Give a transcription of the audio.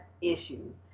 issues